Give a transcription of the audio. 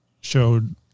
showed